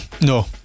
no